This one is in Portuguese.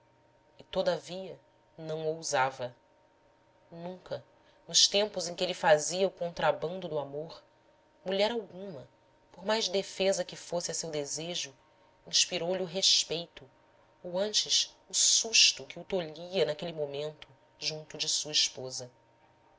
e todavia não ousava nunca nos tempos em que ele fazia o contrabando do amor mulher alguma por mais defesa que fosse a seu desejo inspirou lhe o respeito ou antes o susto que o tolhia naquele momento junto de sua esposa